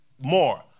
more